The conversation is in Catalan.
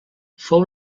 fou